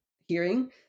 hearing